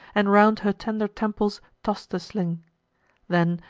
and round her tender temples toss'd the sling then,